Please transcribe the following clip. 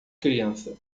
criança